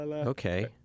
Okay